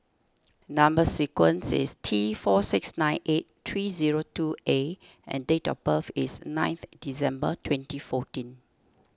Number Sequence is T four six nine eight three zero two A and date of birth is ninth December twenty fourteen